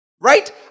Right